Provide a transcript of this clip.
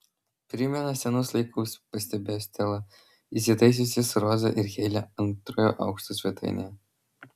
primena senus laikus pastebėjo stela įsitaisiusi su roza ir heile antrojo aukšto svetainėje